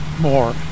more